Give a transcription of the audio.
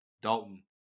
Dalton